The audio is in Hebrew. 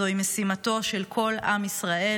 זוהי משימתו של כל עם ישראל,